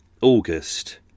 August